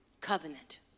covenant